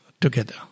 together